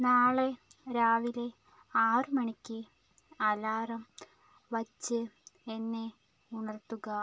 നാളെ രാവിലെ ആറ് മണിക്ക് അലാറം വെച്ച് എന്നെ ഉണർത്തുക